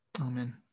Amen